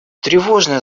тревожная